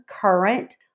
current